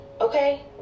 okay